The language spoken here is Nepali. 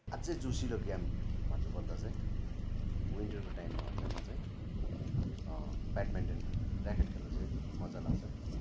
अझै जोसिलो गेम भन्नुपर्दा चाहिँ विन्टरको टाइममा हो भने चाहिँ म चाहिँ ब्याडमिन्टन ऱ्याकेट खेल्नु चाहिँ मजा लाग्छ